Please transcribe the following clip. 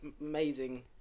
amazing